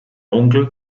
onkel